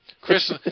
Chris